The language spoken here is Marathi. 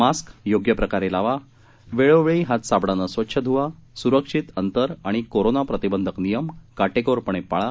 मास्क योग्य प्रकारे लावा वेळोवेळी हात साबणाने स्वच्छ धुवा सुरक्षित अंतर आणि कोरोना प्रतिबंधक नियम काटेकोरपणे पाळा